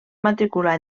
matricular